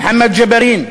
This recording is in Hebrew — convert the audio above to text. מוחמד ג'בארין,